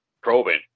probing